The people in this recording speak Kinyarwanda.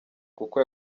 kuko